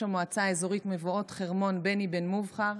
המועצה האזורית מבואות חרמון בני בן-מובחר.